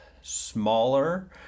smaller